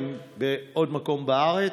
האם בעוד מקום בארץ?